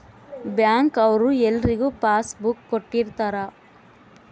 bank ಅವ್ರು ಎಲ್ರಿಗೂ passbook ಕೊಟ್ಟಿರ್ತರ